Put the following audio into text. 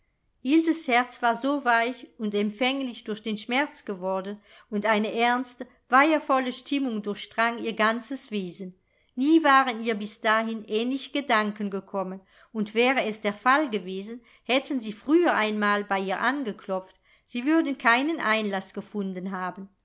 ilses herz war so weich und empfänglich durch den schmerz geworden und eine ernste weihevolle stimmung durchdrang ihr ganzes wesen nie waren ihr bis dahin ähnliche gedanken gekommen und wäre es der fall gewesen hätten sie früher einmal bei ihr angeklopft sie würden keinen einlaß gefunden haben